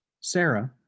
Sarah